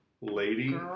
Lady